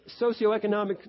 socioeconomic